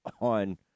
on